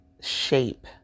shape